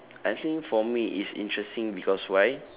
I think for me it's interesting because why